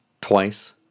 twice